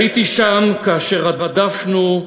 הייתי שם כאשר רדפנו,